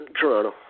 Toronto